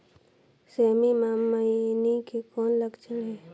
सेमी मे मईनी के कौन लक्षण हे?